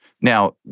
Now